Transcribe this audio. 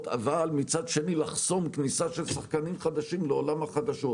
אבל מצד שני לחסום כניסה של שחקנים חדשים לעולם החדשות.